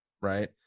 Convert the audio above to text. right